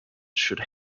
should